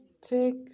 take